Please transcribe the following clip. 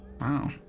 Wow